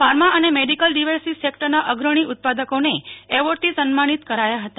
pharma અને medical devices સેક્ટરના અગ્રણી ઉત્પાદકોને એવોર્ડથી સન્માનિત કર્યા હતા